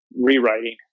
rewriting